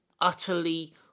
utterly